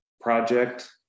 project